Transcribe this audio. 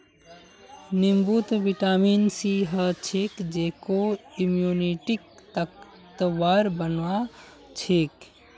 नींबूत vitamin C ह छेक जेको इम्यूनिटीक ताकतवर बना छेक